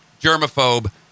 germaphobe